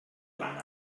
blanc